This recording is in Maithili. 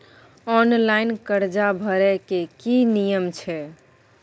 ऑनलाइन कर्जा भरै के की नियम छै?